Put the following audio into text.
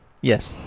Yes